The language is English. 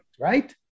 right